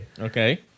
Okay